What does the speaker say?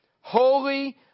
Holy